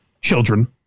children